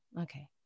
Okay